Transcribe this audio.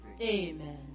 Amen